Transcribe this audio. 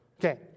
Okay